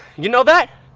you know that!